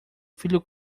filho